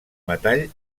metall